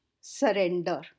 surrender